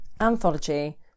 anthology